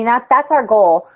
that's that's our goal.